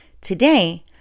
today